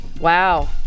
Wow